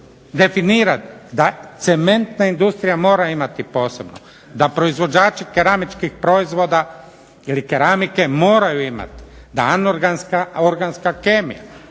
definirati da cementna industrija mora imati posebno, da proizvođači keramičkih proizvoda ili keramike moraju imati, da anorganska, organska kemija.